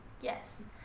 yes